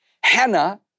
Hannah